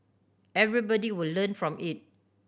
everybody will learn from it